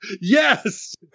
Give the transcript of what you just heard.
Yes